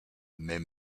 mais